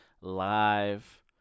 live